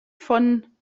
von